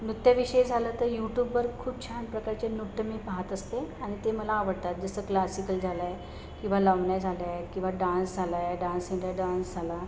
नृत्याविषयी झालं तर यूटूबवर खूप छान प्रकारचे नृत्य मी पाहात असते आणि ते मला आवडतात जसं क्लासिकल झालं आहे किंवा लावण्या झाल्या आहेत किंवा डान्स झाला आहे डान्स इंडिया डान्स झाला